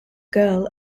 girl